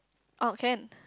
oh can